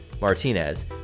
Martinez